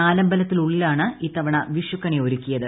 നാലമ്പലത്തിനുള്ളിലാണ് ഇത്തവണ വിഷുക്കണി ഒരുക്കിയത്